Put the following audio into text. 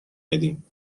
بدیم